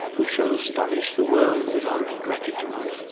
we shall astonish the world with our ingratitude.